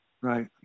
Right